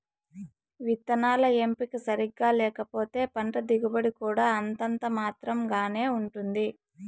విత్తనాల ఎంపిక సరిగ్గా లేకపోతే పంట దిగుబడి కూడా అంతంత మాత్రం గానే ఉంటుంది